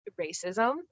racism